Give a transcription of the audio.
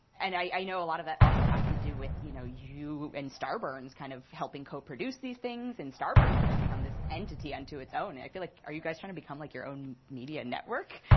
and i know a lot of that also has to do with you know you and starburns kind of helping co-produce these things. and starburns has become this entity unto its own. i feel like are you guys trying to become, like, your own media network?